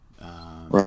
Right